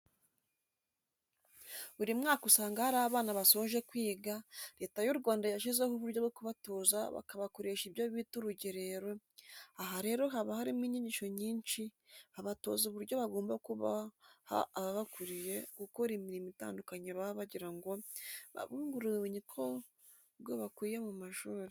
Buri mwaka usanga hari abana basoje kwiga, Leta y'u Rwanda yashyizeho uburyo bwo kubatoza bakabakoresha ibyo bita urugerero, aha rero haba harimo inyigisho nyinshi, babatoza uburyo bagomba kubaha ababakuriye, gukora imirimo itandukanye baba bagira ngo babungure ubumenyi ku bwo bakuye mu mashuri.